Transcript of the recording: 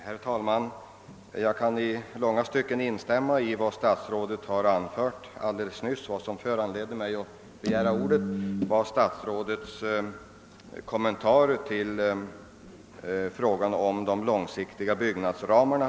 Herr talman! Jag kan i långa stycken instämma i vad herr statsrådet anförde. Vad som föranlett mig att begära ordet var statsrådets kommentar till frågan om de långsiktiga byggnadsramarna.